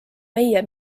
meie